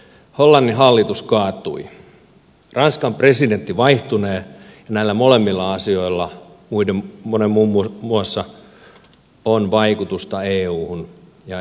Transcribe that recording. hollannin hallitus kaatui ranskan presidentti vaihtunee ja näillä molemmilla asioilla monen muun muassa on vaikutusta euhun ja eun tulevaisuuteen